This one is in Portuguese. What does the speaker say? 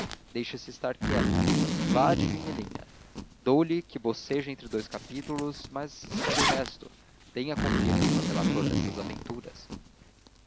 somente deixe-se estar quieta vá de linha em linha dou-lhe que boceje entre dous capítulos mas espere o resto tenha confiança no relator destas aventuras